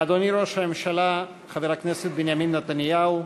אדוני ראש הממשלה חבר הכנסת בנימין נתניהו,